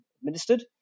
administered